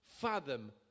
fathom